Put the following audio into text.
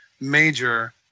major